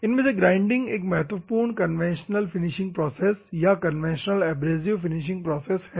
इनमें से ग्राइंडिंग एक महत्वपूर्ण कन्वेंशनल फिनिशिंग प्रोसेस या कन्वेंशनल एब्रेसिव फिनिशिंग प्रोसेस है